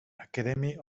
academy